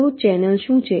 તો ચેનલ શું છે